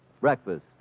Breakfast